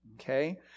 Okay